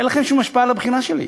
אין לכם שום השפעה על הבחירה שלי.